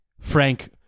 Frank